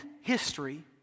history